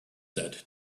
said